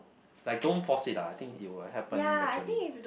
like don't force it lah I think it will happen naturally